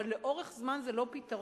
אבל לאורך זמן זה לא פתרון,